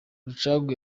rucagu